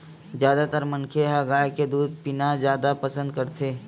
जादातर मनखे ह गाय के दूद पीना जादा पसंद करथे